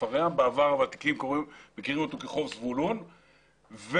ושהוותיקים מכירים אותו כחוף זבולון,